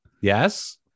Yes